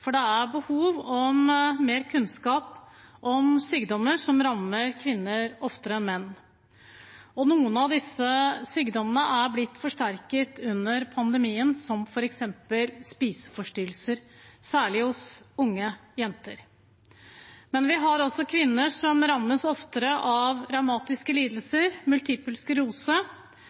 For det er behov for mer kunnskap om sykdommer som rammer kvinner oftere enn menn. Noen av disse sykdommene har blitt forsterket under pandemien, som f.eks. spiseforstyrrelser, særlig hos unge jenter. Men vi har også kvinner som rammes oftere av reumatiske lidelser